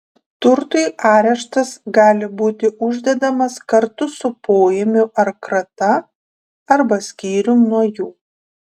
turtui areštas gali būti uždedamas kartu su poėmiu ar krata arba skyrium nuo jų